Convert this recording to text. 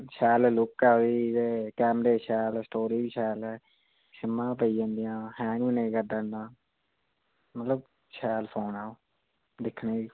शैल लुक ऐ ओह्दी ते कैमरे शैल स्टोरेज़ बी शैल ऐ सिमां बी पेई जंदियां हैंग बी नेईं करदा इन्ना मतलब शैल खाना दिक्खने ई